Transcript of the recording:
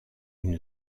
une